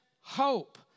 hope